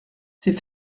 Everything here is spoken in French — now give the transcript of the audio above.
c’est